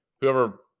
whoever